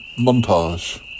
montage